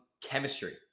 chemistry